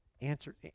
answer